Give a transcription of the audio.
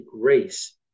grace